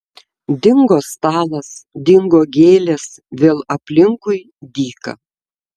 dingo stalas dingo gėlės vėl aplinkui dyka